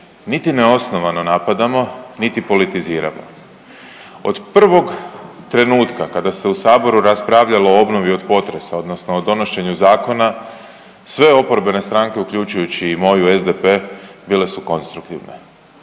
niti ne osnovano napadamo niti politiziramo. Od prvog trenutka kada se u Saboru raspravljalo o obnovi od potresa odnosno o donošenju zakona sve oporbene stranke, uključujući i moju SDP bile su konstruktivne.